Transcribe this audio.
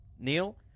Neil